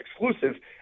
Exclusive